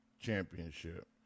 Championship